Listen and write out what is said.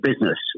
business